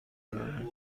دارم